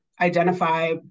identify